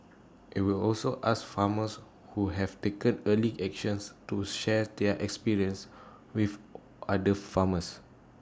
IT will also ask farmers who have taken early actions to share their experience with other farmers